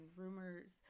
rumors